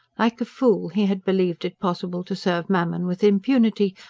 like a fool he had believed it possible to serve mammon with impunity,